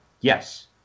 yes